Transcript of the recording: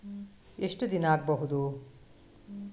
ಎಷ್ಟು ದಿನ ಆಗ್ಬಹುದು?